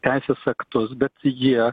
teisės aktus bet jie